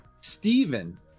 Stephen